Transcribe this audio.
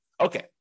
Okay